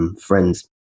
friends